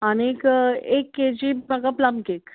आनी एक K G म्हाका प्लम केक